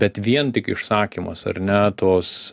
bet vien tik išsakymas ar ne tos